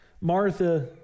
Martha